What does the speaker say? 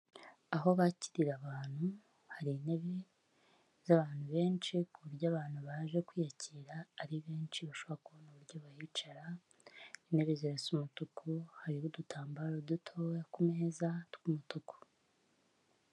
Aho bakirira abantu hari intebe zabantu benshi kuburyo abantu baje kwiyakira ari benshi bashobora kubona uburyo bahicara, intebe zirasa umutuku hariho udutambaro dutoya kumeza tw'umutuku.